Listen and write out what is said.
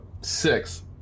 six